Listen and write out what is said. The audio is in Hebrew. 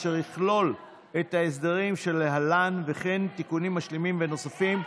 אשר יכלול את ההסדרים שלהלן וכן תיקונים משלימים ונוספים,